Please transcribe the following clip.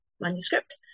manuscript